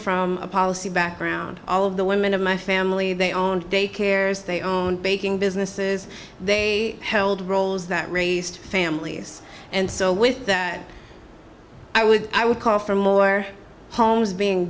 from a policy background all of the women of my family they own daycares they own baking businesses they held roles that raised families and so with that i would i would call for more homes being